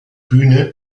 bühne